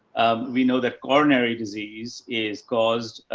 um, we know that coronary disease is caused,